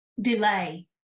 delay